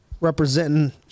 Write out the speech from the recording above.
representing